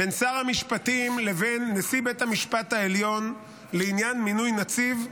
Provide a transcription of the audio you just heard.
בין שר המשפטים לבין נשיא בית המשפט העליון לעניין מינוי נציב,